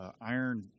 iron